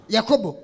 Jacob